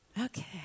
Okay